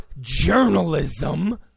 journalism